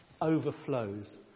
overflows